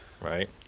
right